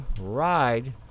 ride